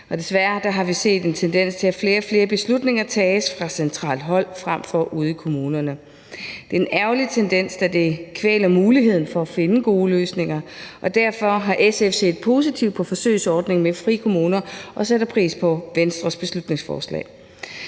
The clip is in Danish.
Desværre har vi set en tendens til, at flere og flere beslutninger tages fra centralt hold frem for ude i kommunerne, og det er en ærgerlig tendens, da det kvæler muligheden for at finde gode løsninger. Derfor har SF set positivt på forsøgsordningen med frikommuner og sætter pris på Venstres beslutningsforslag.